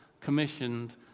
commissioned